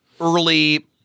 early